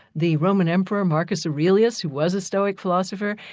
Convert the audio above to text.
the roman emperor, marcus aurelius who was a stoic philosopher,